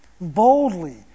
boldly